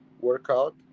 workout